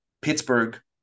Pittsburgh